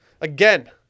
Again